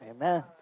Amen